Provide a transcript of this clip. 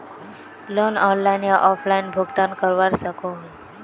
Loan online या offline भुगतान करवा सकोहो ही?